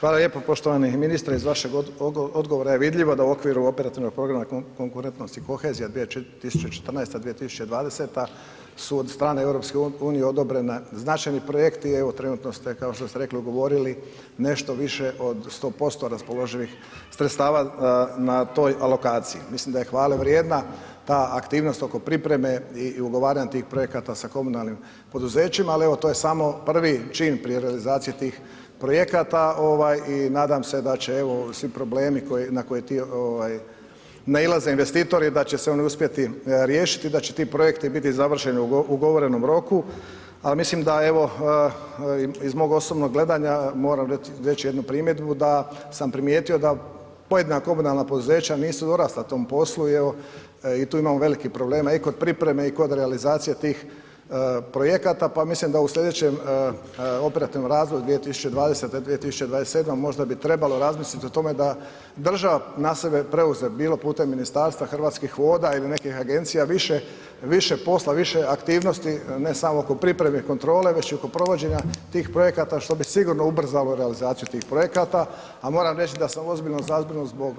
Hvala lijepo poštovani ministre, iz vašeg odgovora je vidljivo da u okviru operativnog programa konkurentnosti i kohezija 2014., 2020. su od strane EU odobrena značajni projekti i evo trenutno ste, kao što ste rekli, ugovorili nešto više od 100% raspoloživih sredstava na toj alokaciji, mislim da je hvale vrijedna ta aktivnost oko pripreme i ugovaranja tih projekata sa komunalnim poduzećima, ali evo to je samo prvi čin prije realizacije tih projekata i nadam se da će evo svi problemi na koje nailaze investitori, da će se oni uspjeti riješiti i da će ti projekti biti završeni u ugovorenom roku, a mislim da evo iz mog osobnog gledanja, moram reći jednu primjedbu da sam primijetio da pojedina komunalna poduzeća nisu dorasla tom poslu i evo i tu imamo velikih problema i kod pripreme i kod realizacije tih projekata, pa mislim da u slijedećem operativnom razdoblju 2020., 2027. možda bi trebalo razmisliti o tome da država na sebe preuzme bilo putem ministarstva, Hrvatskih voda ili nekih agencija više posla, više aktivnosti, ne samo oko pripreme i kontrole, već i oko provođenja tih projekata, što bi sigurno ubrzalo realizaciju tih projekata, a moram reć da sam ozbiljno zabrinut zbog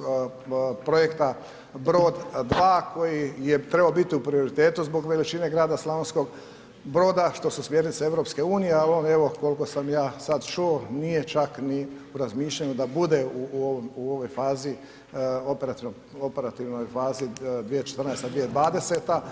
projekta Brod 2 koji je trebao biti u prioritetu zbog veličine grada Slavonskog Broda što su smjernice EU, a on evo, koliko sam ja sad čuo, nije čak ni u razmišljanju da bude u ovoj fazi operativnoj fazi 2014., 2020.